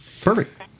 Perfect